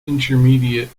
intermediate